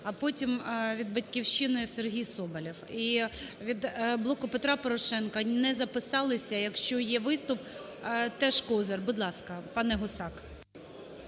а потім від "Батьківщини" Сергій Соболєв. І від "Блоку Петра Порошенка" не записалися. Якщо є виступ… теж Козир. Будь ласка, пане Гусак.